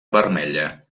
vermella